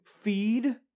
feed